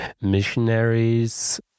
missionaries